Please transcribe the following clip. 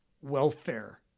welfare